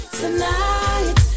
tonight